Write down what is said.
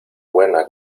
buena